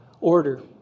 order